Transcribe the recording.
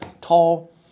tall